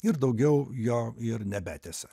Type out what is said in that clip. ir daugiau jo ir nebetęsia